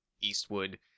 Eastwood